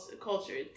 culture